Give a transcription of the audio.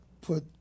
put